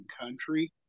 country